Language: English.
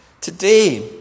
today